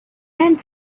end